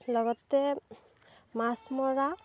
লগতে মাছ মৰা